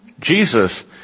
Jesus